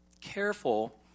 careful